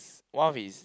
one of his